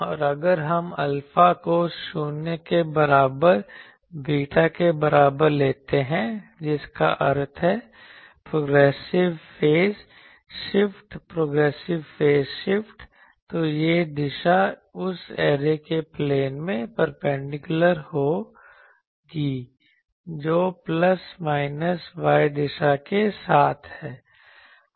और अगर हम अल्फा को शून्य के बराबर बीटा के बराबर लेते हैं जिसका अर्थ है प्रोग्रेसिव फेज शिफ्ट तो यह दिशा उस ऐरे के प्लेन के परपेंडिकुलर होगी जो प्लस माइनस y दिशा के साथ है